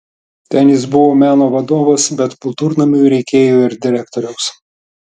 ten jis buvo meno vadovas bet kultūrnamiui reikėjo ir direktoriaus